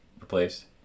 replaced